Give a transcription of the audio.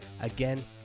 again